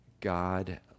God